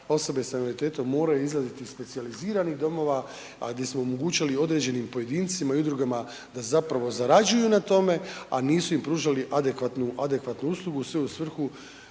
osobe s invaliditetom moraju izlaziti iz specijaliziranih domova, a di smo omogućili određenim pojedincima i udrugama da zapravo zarađuju na tome, a nisu im pružali adekvatnu uslugu sve u svrhu